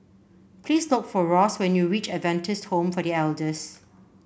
please look for Ross when you reach Adventist Home for The Elders